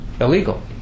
illegal